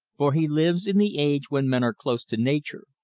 for he lives in the age when men are close to nature,